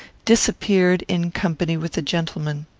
disappeared, in company with the gentleman.